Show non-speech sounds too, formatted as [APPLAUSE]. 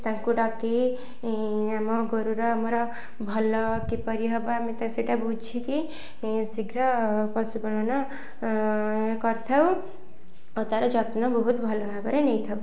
ତାଙ୍କୁ ଡାକି ଆମ ଗୋରୁର ଆମର ଭଲ କିପରି ହବ ଆମେ [UNINTELLIGIBLE] ସେଇଟା ବୁଝିକି ଶୀଘ୍ର ପଶୁପାଳନ କରିଥାଉ ଓ ତାର ଯତ୍ନ ବହୁତ ଭଲ ଭାବରେ ନେଇଥାଉ